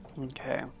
Okay